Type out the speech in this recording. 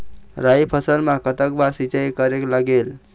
राई फसल मा कतक बार सिचाई करेक लागेल?